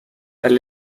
well